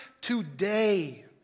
Today